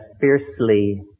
fiercely